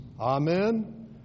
Amen